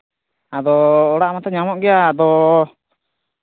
ᱟᱫᱚ ᱚᱲᱟᱜ ᱢᱟᱛᱚ ᱧᱟᱢᱚᱜ ᱜᱮᱭᱟ ᱟᱫᱚ